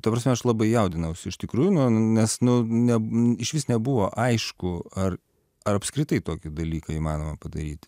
ta prasme aš labai jaudinausi iš tikrųjų nu nes nu ne išvis nebuvo aišku ar ar apskritai tokį dalyką įmanoma padaryt